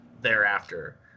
thereafter